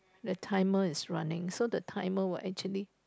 the timer is running so the timer will actually